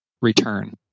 return